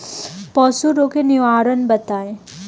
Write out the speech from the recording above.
पशु रोग के निवारण बताई?